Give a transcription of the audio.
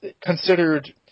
considered